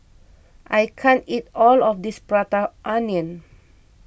I can't eat all of this Prata Onion